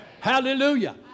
Hallelujah